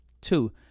Two